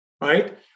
right